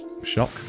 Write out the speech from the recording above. shock